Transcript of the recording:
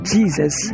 Jesus